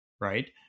Right